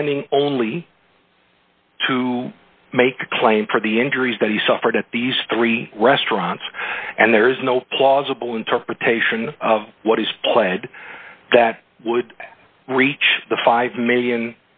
standing only to make a claim for the injuries that he suffered at these three restaurants and there's no plausible interpretation of what he's pled that would reach the five million